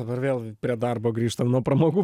dabar vėl prie darbo grįžtam nuo pramogų